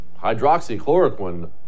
hydroxychloroquine